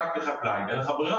אתה כחקלאי, אין לך ברירה.